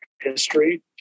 history